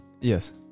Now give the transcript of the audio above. Yes